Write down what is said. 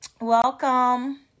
welcome